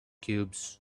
cubes